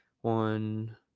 one